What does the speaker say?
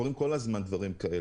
כל הזמן קורים דברים כאלה,